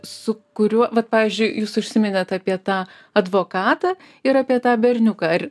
su kuriuo vat pavyzdžiui jūs užsiminėt apie tą advokatą ir apie tą berniuką ir